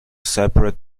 separate